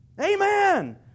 Amen